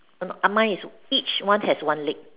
err no ah mine is each one has one leg